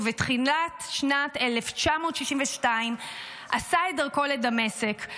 ובתחילת 1962 עשה דרכו לדמשק,